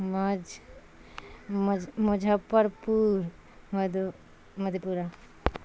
مجھ مظفر پور مد مدھے پورہ